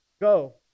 go